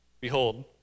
Behold